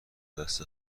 دست